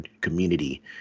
community